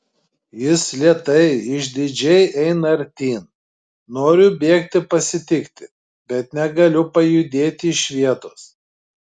jis lėtai išdidžiai eina artyn noriu bėgti pasitikti bet negaliu pajudėti iš vietos